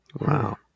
wow